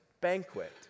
banquet